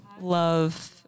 love